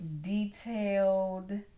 detailed